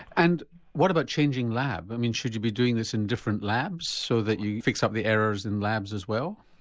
and what about changing lab, i mean should you be doing this in different labs so that you fix up the errors in labs as well?